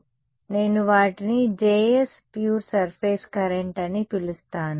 కాబట్టి నేను వాటిని Js ప్యూర్ సర్ఫేస్ కరెంట్ అని పిలుస్తాను